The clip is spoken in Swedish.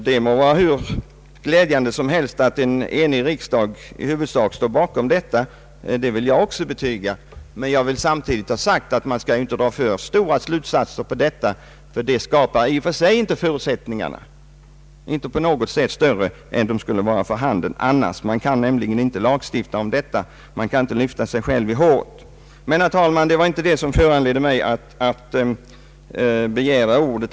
Det må vara hur glädjande som helst att riksdagen i denna fråga i huvudsak står bakom uttalandet — jag vill också betyga att det är glädjande — men jag vill samtidigt ha sagt att man inte skall dra för stora slutsatser av detta, ty det skapar i och för sig inte större förutsättningar än som annars skulle vara för handen. Man kan nämligen inte lagstifta om förutsättningarna, man kan inte lyfta sig själv i håret. Herr talman! Det var emellertid inte detta som föranledde mig att begära ordet.